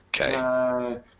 Okay